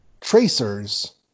tracers